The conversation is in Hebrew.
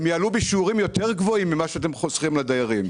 אלא הם יעלו בשיעורים יותר גבוהים ממה שאתם חוסכים לדיירים.